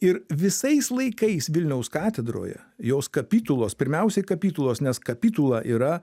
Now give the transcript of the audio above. ir visais laikais vilniaus katedroje jos kapitulos pirmiausiai kapitulos nes kapitula yra